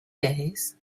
days